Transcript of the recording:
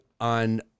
on